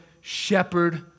shepherd